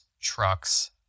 trucks